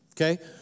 Okay